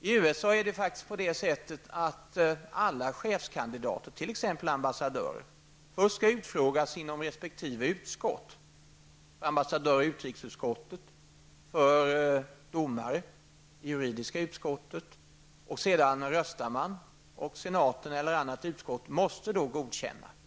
I USA är det så att alla chefskandidater, t.ex. ambassadörer, först skall utfrågas inom respektive utskott, för ambassadörer utrikesutskottet och för domare juridiska utskottet, och sedan röstar man. Senaten eller annat utskott måste godkänna valet.